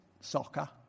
soccer